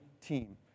team